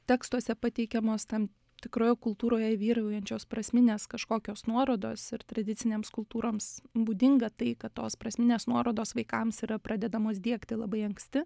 tekstuose pateikiamos tam tikroje kultūroje vyraujančios prasminės kažkokios nuorodos ir tradicinėms kultūroms būdinga tai kad tos prasminės nuorodos vaikams yra pradedamos diegti labai anksti